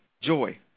joy